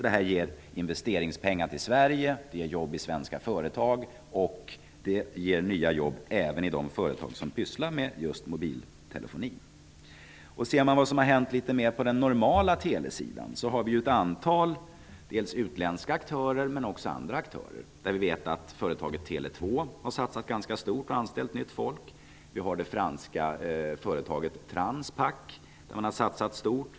Det ger investeringspengar till Sverige, det ger jobb i svenska företag och det ger nya jobb även i de företag som pysslar med just mobiltelefoni. På den normala telesidan finns det ett antal utländska och inhemska aktörer. Företaget Tele 2 har satsat ganska stort och anställt nytt folk. Det franska företaget Transpac har satsat stort.